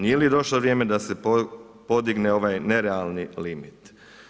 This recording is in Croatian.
Nije li došlo vrijeme da se podigne ovaj nerealni limit?